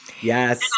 Yes